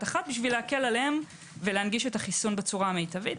אחת בשביל להקל עליהם ולהנגיש את החיסון בצורה המיטבית.